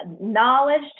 knowledge